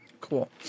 Cool